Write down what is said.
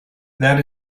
that